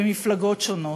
במפלגות שונות,